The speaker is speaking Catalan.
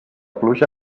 pluja